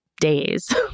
days